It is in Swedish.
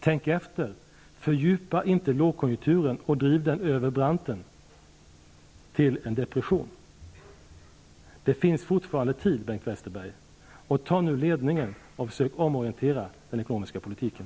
Tänk efter! Fördjupa inte lågkonjunkturen och driv den över branten till en depression! Det finns fortfarande tid, Bengt Westerberg. Ta nu ledningen och försök omorientera den ekonomiska politiken!